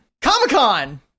Comic-Con